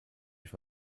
mich